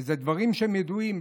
ואלה דברים ידועים,